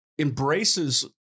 embraces